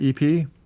EP